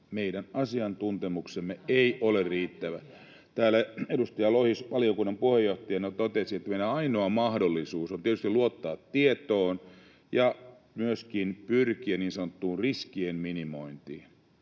Meidän asiantuntemuksemme ei ole riittävä. Täällä edustaja Lohi valiokunnan puheenjohtajana totesi, että meidän ainoa mahdollisuutemme on tietysti luottaa tietoon ja myöskin pyrkiä niin sanottuun riskien minimointiin.